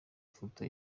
ifoto